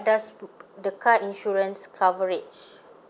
does the car insurance coverage